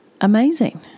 amazing